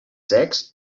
secs